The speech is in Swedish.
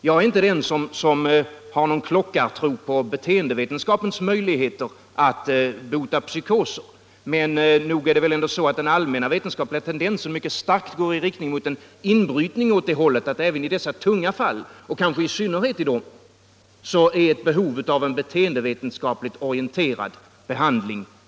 Jag är inte den som har någon klockartro på beteendevetenskapens möjligheter att bota psykoser, men nog är det väl ändå så att den allmänna vetenskapliga tendensen mycket starkt går i riktning mot en inbrytning för uppfattningen att det även i dessa tunga fall, och kanske i synnerhet i dessa, föreligger ett mycket starkt behov av en beteendevetenskapligt orienterad behandling.